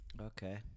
Okay